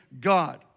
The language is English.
God